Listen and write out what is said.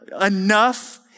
enough